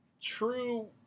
true